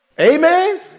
Amen